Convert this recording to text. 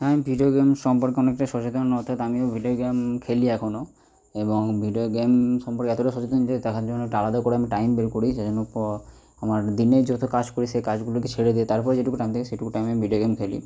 আমি video game সম্পর্কে অনেকটাই সচেতন অর্থাৎ আমিও ভিডিও গেম খেলি এখনও এবং ভিডিও গেম সম্পর্কে এতটা সচেতন যে তার জন্য একটা আলাদা করে আমি টাইম বের করি যেন আমার দিনে যত কাজ করি সেই কাজগুলোকে ছেড়ে দিয়ে তার পরে যেটুকু টাইম থাকে সেটুকু টাইম আমি ভিডিও গেম খেলি